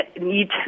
need